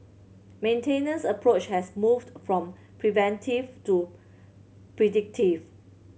maintenance approach has moved from preventive to predictive